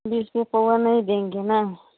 बीस रुपये पौवा नहीं देंगी न